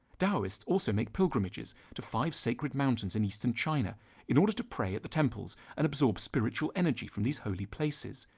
daoists also make pilgrimages to five sacred mountains in eastern china in order to pray at the temples and absorb spiritual energy from these holy places,